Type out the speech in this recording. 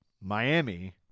Miami